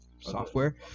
software